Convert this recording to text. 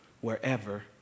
wherever